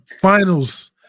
Finals